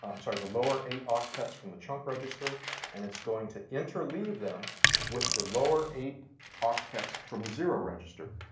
i'm sorry, the lower eight octets from the chunk register and is going to interleave them with the lower eight octets from the zero register.